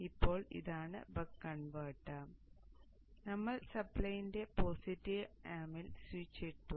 ഇപ്പോൾ ഇതാണ് buck converter നമ്മൾ സപ്പ്ളൈയിന്റെ പോസിറ്റീവ് ആമിൽ സ്വിച്ച് ഇട്ടു